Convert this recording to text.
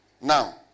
now